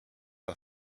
the